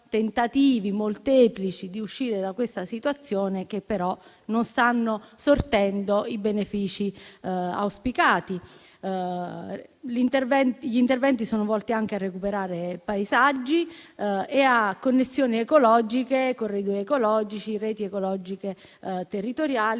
molteplici di uscire da questa situazione, che però non sanno sortendo i benefici auspicati. Gli interventi sono volti anche a recuperare paesaggi e a connessioni ecologiche (corridoi ecologici, reti ecologiche territoriali)